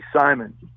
Simon